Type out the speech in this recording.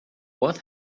what